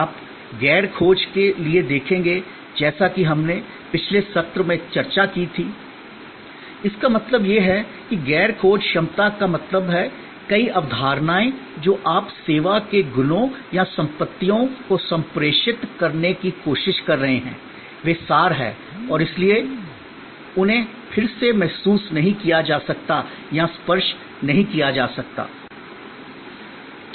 आप गैर खोज के लिए देखेंगे जैसा कि हमने पिछले सत्र में चर्चा की थी इसका मतलब यह है कि गैर खोज क्षमता का मतलब है कि कई अवधारणाएं जो आप सेवा के गुणों या संपत्तियों को संप्रेषित करने की कोशिश कर रहे हैं वे सार हैं और इसलिए उन्हें फिर से महसूस नहीं किया जा सकता है या स्पर्श नहीं किया जा सकता है